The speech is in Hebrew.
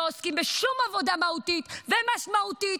לא עוסקים בשום עבודה מהותית ומשמעותית